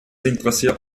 interessiert